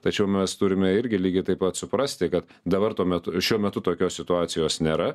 tačiau mes turime irgi lygiai taip pat suprasti kad dabar tuo metu šiuo metu tokios situacijos nėra